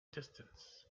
distance